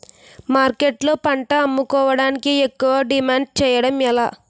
మార్కెట్లో పంట అమ్ముకోడానికి ఎక్కువ డిమాండ్ చేయడం ఎలా?